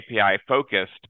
API-focused